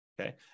Okay